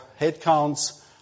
headcounts